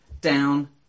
down